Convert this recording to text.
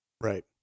Right